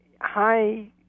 high